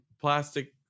plastic